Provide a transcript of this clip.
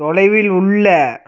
தொலைவில் உள்ள